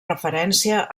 referència